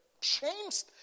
changed